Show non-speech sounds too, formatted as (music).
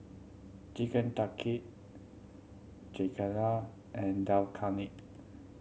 Chicken Tikki (unintelligible) and Dal Khani